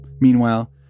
Meanwhile